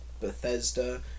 Bethesda